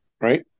right